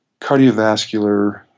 cardiovascular